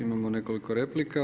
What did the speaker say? Imamo nekoliko replika.